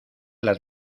las